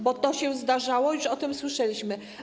Bo to się zdarzało, już o tym słyszeliśmy.